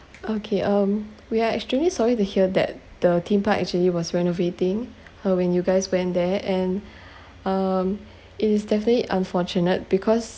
okay um we are extremely sorry to hear that the theme park actually was renovating uh when you guys went there and um it is definitely unfortunate because